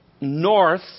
north